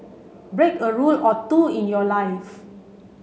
break a rule or two in your life